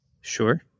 Sure